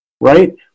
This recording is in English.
right